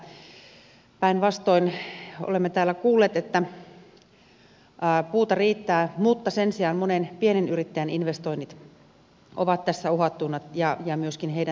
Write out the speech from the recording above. päinvastoin olemme täällä kuulleet että puuta riittää mutta sen sijaan monen pienen yrittäjän investoinnit ovat tässä uhattuna ja myöskin heidän työnsä